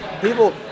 people